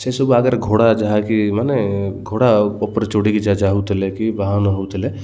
ସେସବୁ ଆଗରେ ଘୋଡ଼ା ଯାହାକି ମାନେ ଘୋଡ଼ା ଉପରେ ଚଢ଼ିକି ଯଜା ହଉଥିଲେ କି ବାହନ ହଉଥିଲେ